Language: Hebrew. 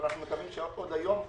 אבל אנחנו מקווים שנשלח עוד היום,